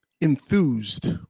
enthused